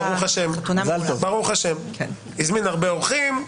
הוא הזמין הרבה אורחים,